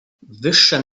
wyższe